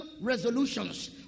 resolutions